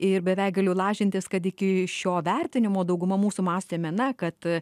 ir beveik galiu lažintis kad iki šio vertinimo dauguma mūsų mąstėme na kad